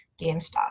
GameStop